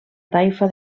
taifa